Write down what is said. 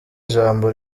ijambo